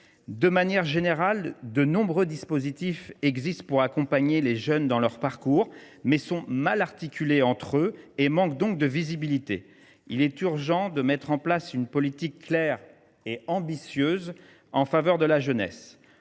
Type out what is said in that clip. De manière générale, nombre de dispositifs existent pour accompagner les jeunes dans leurs parcours, mais ils sont mal articulés entre eux et manquent par conséquent de visibilité. Il est urgent de mettre en place une politique claire et ambitieuse en faveur de la jeunesse